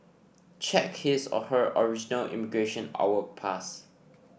check his or her original immigration or work pass